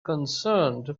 concerned